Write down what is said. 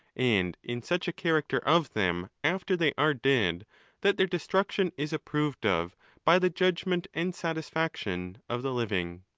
and in such a character of them after they are dead that their destruction is approved of by the judgment and satisfac tion of the living.